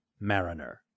Mariner